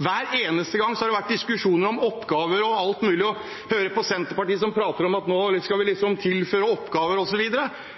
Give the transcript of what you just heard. Hver eneste gang har det vært diskusjoner om oppgaver og alt mulig. Jeg hører Senterpartiet prate om at man liksom skal tilføre oppgaver osv. Det ble omtrent ikke tilført noen oppgaver